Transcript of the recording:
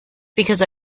because